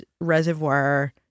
reservoir